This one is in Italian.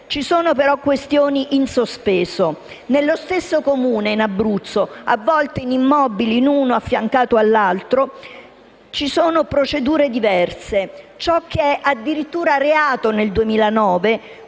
Ci sono però questioni in sospeso. In uno stesso Comune in Abruzzo, a volte su immobili l'uno a fianco all'altro, si applicano procedure diverse. Ciò che era addirittura reato nel 2009,